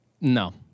No